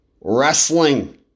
Wrestling